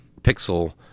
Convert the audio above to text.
pixel